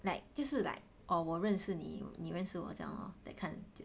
like 就是 like 哦我认识你你认识我这样 lor that kind of thing